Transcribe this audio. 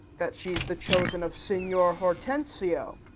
that she's the chosen of signior hortensio.